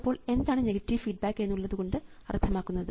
അപ്പോൾ എന്താണ് negative feedback എന്നതുകൊണ്ട് അർത്ഥമാക്കുന്നത്